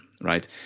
right